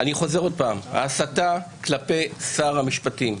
אני חוזר עוד פעם, ההסתה כלפי שר המשפטים,